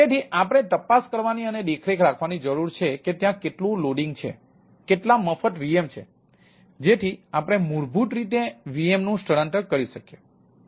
તેથી આપણે તપાસ કરવાની અને દેખરેખ રાખવાની જરૂર છે કે ત્યાં કેટલું લોડિંગ છે કેટલા મફત VM છે જેથી આપણે મૂળભૂત રીતે VMનું સ્થળાંતર કરી શકીએ